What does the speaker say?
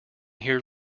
here